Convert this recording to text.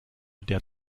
der